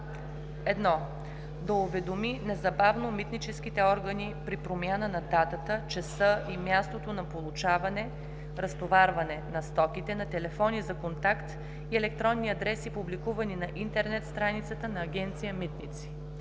1. да уведоми незабавно митническите органи при промяна на датата, часа и мястото на получаване/разтоварване на стоките на телефони за контакт и електронни адреси, публикувани на интернет страницата на Агенция „Митници“;